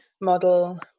model